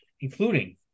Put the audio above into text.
including